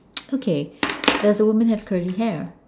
okay does the woman have curly hair